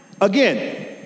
again